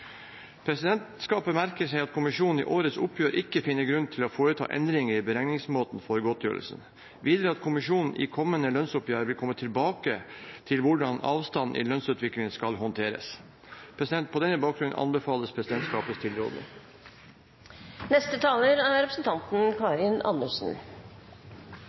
Presidentskapet merker seg at kommisjonen i årets oppgjør ikke finner grunn til å foreta endringer i beregningsmåten for godtgjørelsen, og videre at kommisjonen i kommende lønnsoppgjør vil komme tilbake til hvordan avstanden i lønnsutviklingen skal håndteres. På denne bakgrunn anbefales presidentskapets tilrådning. SV vil i år som tidligere fremme et eget forslag i denne saken. Det er